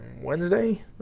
Wednesday